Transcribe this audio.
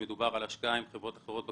כשמדובר על השקעה עם חברות אחרות בקבוצה,